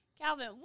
Calvin